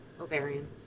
ovarian